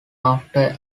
after